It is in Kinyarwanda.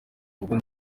ubwo